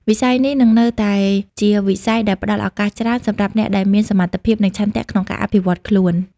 វិស័យនេះនឹងនៅតែជាវិស័យដែលផ្តល់ឱកាសច្រើនសម្រាប់អ្នកដែលមានសមត្ថភាព និងឆន្ទៈក្នុងការអភិវឌ្ឍខ្លួន។